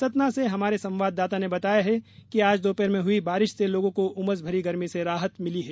सतना से हमारे संवाददाता ने बताया है कि आज दोपहर में हुई बारिश से लोगों को उमस भरी गर्मी से राहत मिली है